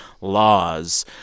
laws